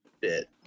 bit